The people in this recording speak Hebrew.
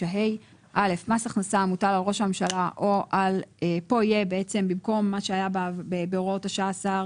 9ה.(א) מס הכנסה המוטל על ראש הממשלה או על הכנסה הנובעת שר